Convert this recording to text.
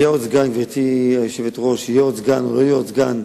יהיה עוד סגן או לא יהיה עוד סגן,